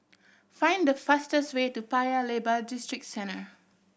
find the fastest way to Paya Lebar Districentre